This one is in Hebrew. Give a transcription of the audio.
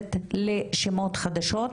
מתייחסת לשמות חדשים,